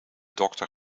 dokter